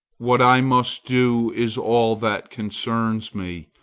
what i must do is all that concerns me,